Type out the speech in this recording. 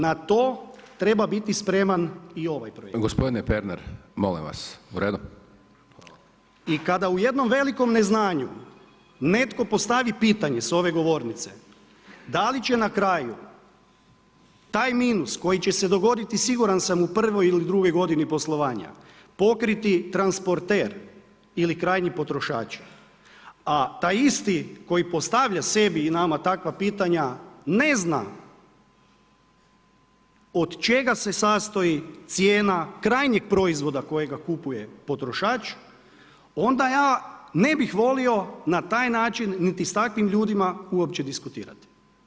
Na to treba biti spreman i ovaj projekt. … [[Upadica Pernar, ne razumije se.]] [[Upadica Hajdaš Dončić: Gospodine Pernar, molim vas, u redu?]] I kada u jednom velikom neznanju, netko postavi pitanje s ove govornice da li će na kraju taj minus koji će se dogoditi siguran sam, u prvoj ili drugoj godini poslovanja, pokriti transporter ili krajnji potrošači, a taj isti koji postavlja sebi i nama takva pitanja, ne zna od čega se sastoji cijena krajnjeg proizvoda kojega kupuje potrošač, onda ja ne bih volio na taj način niti s takvim ljudima uopće diskutirati.